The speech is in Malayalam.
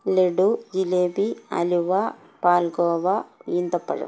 ലഡു ജിലേബി ഹലുവ പാൽഗോവ ഈന്തപ്പഴം